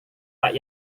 pak